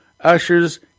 ushers